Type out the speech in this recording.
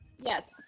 Yes